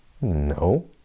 No